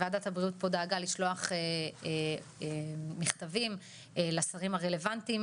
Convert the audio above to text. ועדת הבריאות פה דאגה לשלוח מכתבים לשרים הרלוונטיים